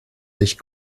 sich